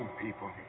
people